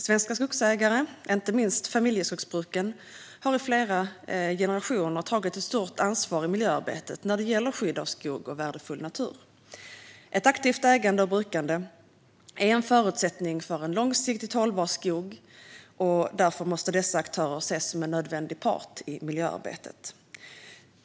Svenska skogsägare, inte minst familjeskogsbruken, har i flera generationer tagit ett stort ansvar i miljöarbetet när det gäller skydd av skog och värdefull natur. Ett aktivt ägande och brukande är en förutsättning för en långsiktigt hållbar skog, och därför måste dessa aktörer ses som en nödvändig part i miljöarbetet.